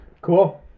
Cool